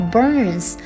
Burns